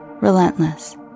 relentless